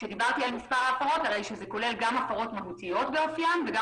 כשדיברתי על מספר ההפרות זה כולל גם הפרות מהותיות באופיין וגם